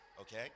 okay